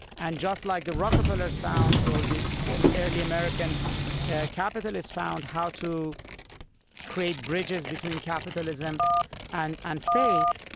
and just like the rockefellers found, or the and early american capitalists found how to create bridges between capitalism and and faith,